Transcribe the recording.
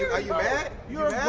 ah you mad? you're